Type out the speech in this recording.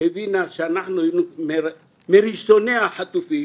הבינה שאנחנו היינו מראשוני החטופים